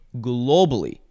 globally